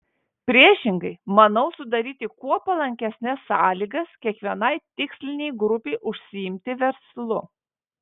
priešingai manau sudaryti kuo palankesnes sąlygas kiekvienai tikslinei grupei užsiimti verslu